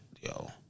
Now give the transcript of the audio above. yo